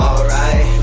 Alright